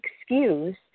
excuse